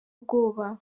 ubwoba